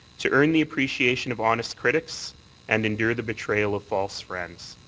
to earn the appreciation of honest critics and enendure the betrayal of false friends.